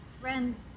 friends